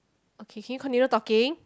okay can you continue talking